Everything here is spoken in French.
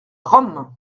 rome